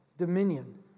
Dominion